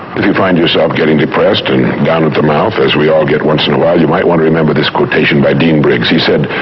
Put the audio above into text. if you find yourself getting depressed and down at the mouth, as we all get once in a while, you might want to remember this quotation by dean briggs. he said,